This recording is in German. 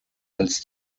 als